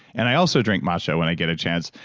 and i also drink matcha when i get a chance.